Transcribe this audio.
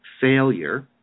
failure